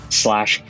slash